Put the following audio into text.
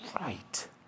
right